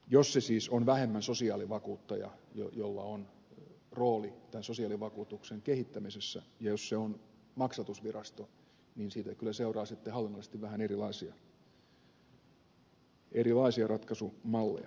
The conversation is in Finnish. jos se siis on vähemmän sosiaalivakuuttaja jolla on rooli tämän sosiaalivakuutuksen kehittämisessä tai jos se on maksatusvirasto niin siitä kyllä seuraa sitten hallinnollisesti vähän erilaisia ratkaisumalleja